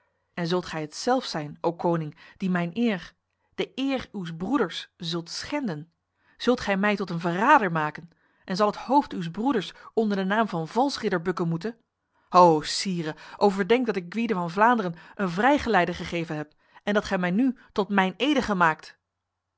en zult gij het zelf zijn o koning die mijn eer de eer uws broeders zult schenden zult gij mij tot een verrader maken en zal het hoofd uws broeders onder de naam van valsridder bukken moeten o sire overdenk dat ik gwyde van vlaanderen een vrij geleide gegeven heb en dat gij mij nu tot meinedige maakt